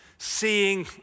seeing